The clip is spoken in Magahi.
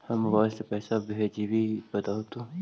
हम मोबाईल से पईसा भेजबई बताहु तो?